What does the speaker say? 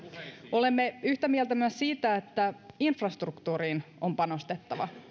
olemme yhtä mieltä myös siitä että infrastruktuuriin on panostettava